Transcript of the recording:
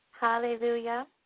Hallelujah